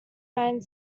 find